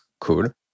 cool